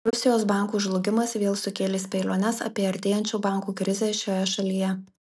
rusijos bankų žlugimas vėl sukėlė spėliones apie artėjančių bankų krizę šioje šalyje